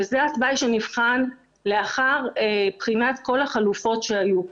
וזה התוואי שנבחן לאחר בחינת כל החלופות שהיו.